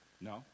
No